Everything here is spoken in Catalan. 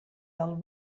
del